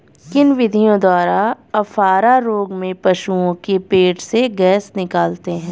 किन विधियों द्वारा अफारा रोग में पशुओं के पेट से गैस निकालते हैं?